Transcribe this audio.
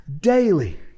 daily